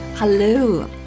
Hello